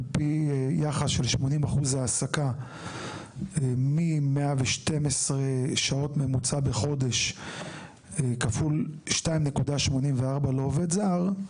על פי יחס של 80% העסקה מ-112 שעות ממוצע בחודש כפול 2.84 לעובד זר.